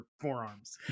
forearms